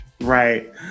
Right